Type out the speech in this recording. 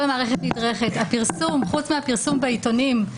חוץ מהפרסום בעיתונים,